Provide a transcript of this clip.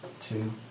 two